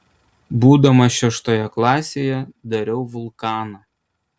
būdamas šeštoje klasėje dariau vulkaną